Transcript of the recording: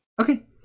Okay